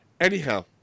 Anyhow